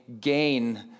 gain